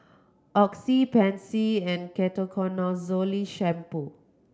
Oxy Pansy and Ketoconazole Shampoo